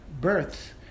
births